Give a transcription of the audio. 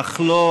אך לא